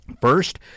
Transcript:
First